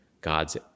God's